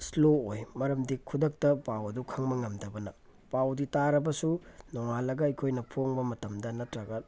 slow ꯑꯣꯏ ꯃꯔꯝꯗꯤ ꯈꯨꯗꯛꯇ ꯄꯥꯎ ꯑꯗꯨ ꯈꯪꯕ ꯉꯝꯗꯕꯅ ꯄꯥꯎꯗꯤ ꯇꯥꯔꯕꯁꯨ ꯅꯣꯡꯉꯥꯜꯂꯒ ꯑꯩꯈꯣꯏꯅ ꯐꯣꯡꯕ ꯃꯇꯝꯗ ꯅꯠꯇ꯭ꯔꯒ